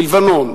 בלבנון,